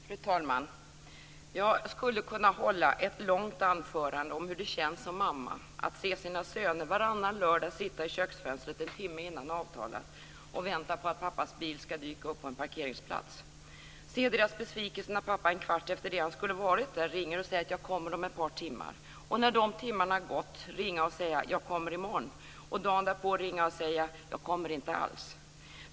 Fru talman! Jag skulle kunna hålla ett långt anförande om hur det känns som mamma att se sina söner varannan lördag sitta i köksfönstret en timme innan avtalat och vänta på att pappas bil ska dyka upp på parkeringsplatsen. Jag har sett deras besvikelse när pappa en kvart efter det han skulle ha varit där ringer och säger att han kommer om ett par timmar. Och när de timmarna gått ringer han och säger att han kommer i morgon. Och dagen därpå ringer han och säger: Jag kommer inte alls.